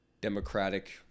democratic